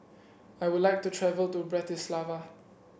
I would like to travel to Bratislava